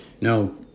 no